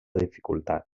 dificultat